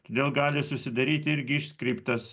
todėl gali susidaryti irgi iškreiptas